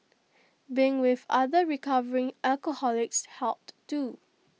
being with other recovering alcoholics helped too